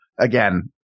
again